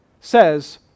says